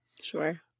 Sure